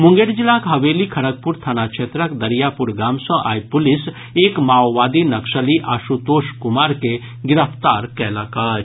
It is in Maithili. मुंगेर जिलाक हवेली खड़गपुर थाना क्षेत्रक दरियापुर गाम सँ आइ पुलिस एक माओवादी नक्सली आशुतोष कुमार के गिरफ्तार कयलक अछि